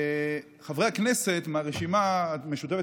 חברי הכנסת מהרשימה המשותפת,